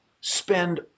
spend